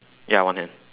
ya one hand